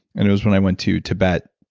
and it was when i went to tibet,